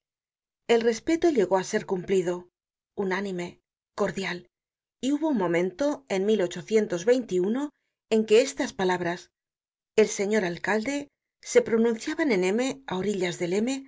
el respeto llegó á ser cumplido unánime cordial y hubo un momento en en que estas palabras el señor alcalde se pronunciaban en m á orillas del